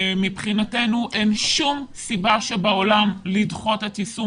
מבחינתנו אין שום סיבה שבעולם לדחות את יישום